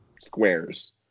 squares